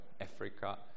Africa